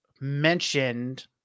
mentioned